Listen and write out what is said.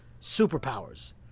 superpowers